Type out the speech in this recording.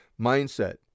mindset